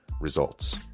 results